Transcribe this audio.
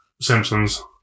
Simpsons